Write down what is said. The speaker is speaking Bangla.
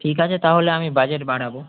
ঠিক আছে তাহলে আমি বাজেট বাড়াব